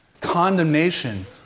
condemnation